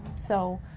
so,